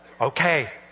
okay